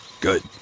Good